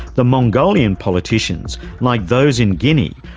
the mongolian politicians, like those in guinea,